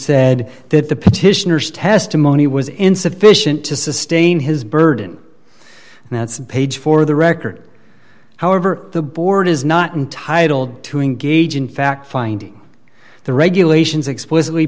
said that the petitioner's testimony was insufficient to sustain his burden and that's a page for the record however the board is not entitle to engage in fact finding the regulations explicitly